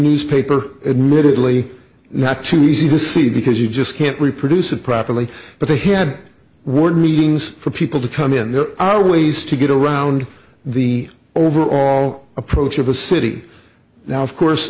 newspaper admittedly not too easy to see because you just can't reproduce it properly but they had ward meetings for people to come in there are ways to get around the overall approach of a city now of course